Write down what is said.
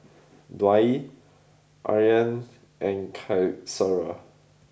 Dwi Aryan and Qaisara